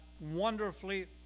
wonderfully